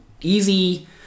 easy